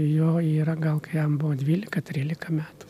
jo yra gal kai jam buvo dvylika trylika metų